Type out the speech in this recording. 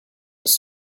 was